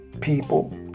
people